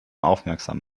aufmerksam